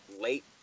late